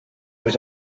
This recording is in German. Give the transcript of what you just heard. mit